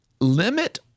limit